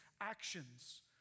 actions